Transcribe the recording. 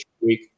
week